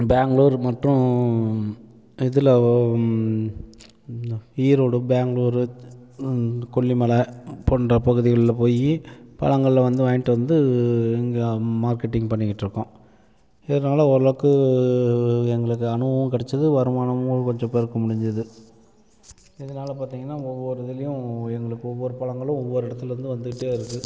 பேங்களூர் மற்றும் இதில் ஈரோடு பேங்களூர் கொல்லிமலை போன்ற பகுதிகளில் போய் பழங்களை வந்து வாங்கிட்டு வந்து இங்கே மார்க்கெட்டிங் பண்ணிக்கிட்டிருக்கோம் இதனால ஓரளவுக்கு எங்களுக்கு அனுபவம் கிடச்சது வருமானமும் கொஞ்சம் பெருக்க முடிஞ்சுது இதனால பார்த்திங்கன்னா ஒவ்வொரு இதுலேயும் எங்களுக்கு ஒவ்வொரு பழங்களும் ஒவ்வொரு இடத்துலருந்து வந்துக்கிட்டே இருக்குது